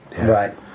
Right